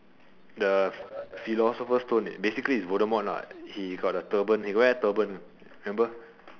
the philosopher stone basically is the voldemort lah he wear the turban wear the turban remember